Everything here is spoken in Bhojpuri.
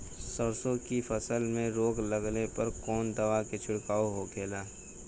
सरसों की फसल में रोग लगने पर कौन दवा के छिड़काव होखेला?